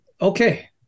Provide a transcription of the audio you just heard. Okay